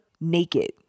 naked